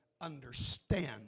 understand